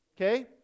Okay